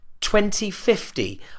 2050